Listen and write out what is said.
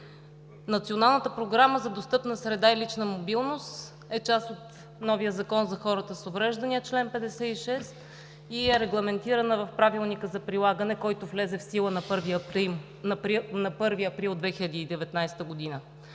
Националната програма за достъпна среда и лична мобилност е част от новия Закон за хората с увреждания – чл. 56, и е регламентирана в Правилника за прилагане, който влезе в сила на 1 април 2019 г.